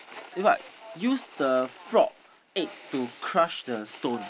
what use the frog egg to crush the stone